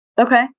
okay